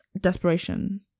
desperation